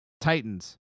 Titans